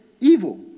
evil